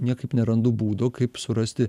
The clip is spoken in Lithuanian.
niekaip nerandu būdo kaip surasti